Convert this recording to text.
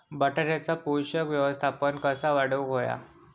बटाट्याचा पोषक व्यवस्थापन कसा वाढवुक होया?